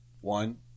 One